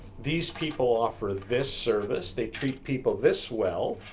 these people offer this service, they treat people this well,